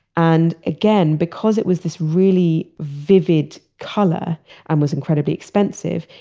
and again, because it was this really vivid color and was incredibly expensive,